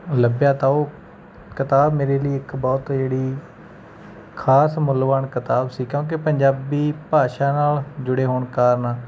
ਲੱਭਿਆ ਤਾਂ ਉਹ ਕਿਤਾਬ ਮੇਰੇ ਲਈ ਇੱਕ ਬਹੁਤ ਜਿਹੜੀ ਖਾਸ ਮੁੱਲਵਾਨ ਕਿਤਾਬ ਸੀ ਕਿਉਂਕਿ ਪੰਜਾਬੀ ਭਾਸ਼ਾ ਨਾਲ ਜੁੜੇ ਹੋਣ ਕਾਰਨ